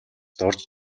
дорж